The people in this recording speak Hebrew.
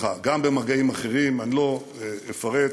אני לא אפרט.